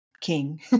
King